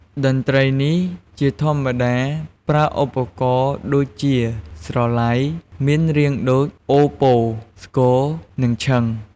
តន្ត្រីនេះជាធម្មតាប្រើឧបករណ៍ដូចជា ស្រឡៃ មានរាងដូចអូប៉ូ ស្គរ និងឈិង។